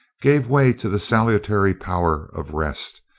gave way to the salutary power of rest,